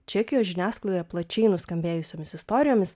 čekijos žiniasklaidoje plačiai nuskambėjusiomis istorijomis